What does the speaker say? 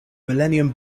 millennium